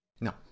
no